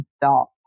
dark